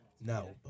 No